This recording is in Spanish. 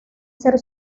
ser